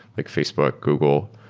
like facebook, google.